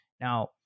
Now